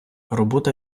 робота